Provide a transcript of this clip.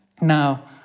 Now